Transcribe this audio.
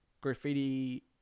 graffiti